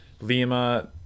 Lima